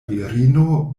virino